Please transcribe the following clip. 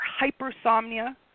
hypersomnia